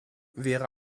wäre